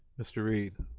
mr. reid.